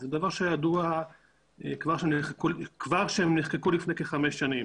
זה דבר שהיה ידוע כבר עת הן נחקקו לפני כחמש שנים